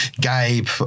Gabe